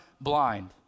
blind